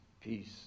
peace